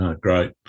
great